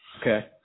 Okay